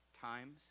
times